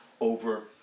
over